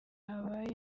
habaye